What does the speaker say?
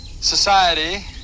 society